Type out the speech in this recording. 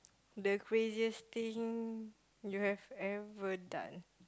the craziest thing you have ever done